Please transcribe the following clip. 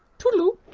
toodle-oo!